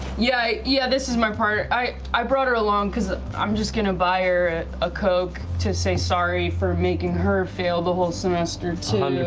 yeah, yeah, this is my partner. i i brought her along because i'm just going to buy her a coke to say sorry for making her fail the whole semester, too.